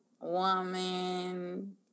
woman